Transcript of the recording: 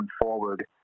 forward